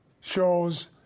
shows